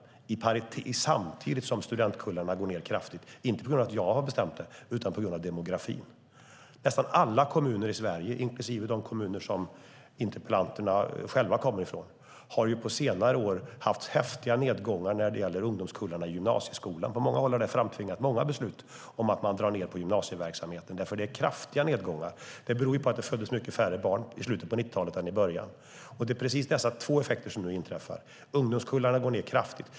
Samtidigt minskar studentkullarna kraftigt - inte på grund av att jag har bestämt det utan på grund av demografin. Nästan alla kommuner i Sverige, inklusive de kommuner som interpellanterna själva kommer från, har på senare år haft häftiga nedgångar när det gäller ungdomskullarna i gymnasieskolan. På många håll har det framtvingat många beslut om att dra ned på gymnasieverksamheten, eftersom det är kraftiga nedgångar. Det beror på att det föddes mycket färre barn i slutet av 90-talet än i början. Det är precis dessa två effekter som nu inträffar, där ungdomskullarna går ned kraftigt.